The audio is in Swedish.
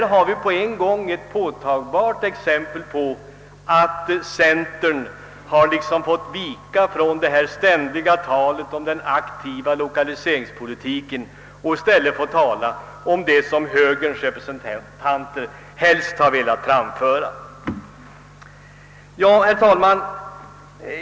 Nu har vi emellertid fått ett påtagligt exempel på att centern måst avstå från sitt annars ständiga tal om den aktiva lokaliseringspolitiken för att i stället instämma i det som högerns representanter helst velat framföra. Herr talman!